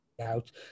out